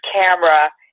camera